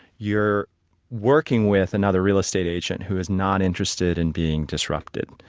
you're working with another real estate agent who is not interested in being disrupted.